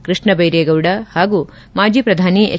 ಕೃಷ್ಣಭೈರೇಗೌಡ ಹಾಗೂ ಮಾಜಿ ಪ್ರಧಾನಿ ಎಚ್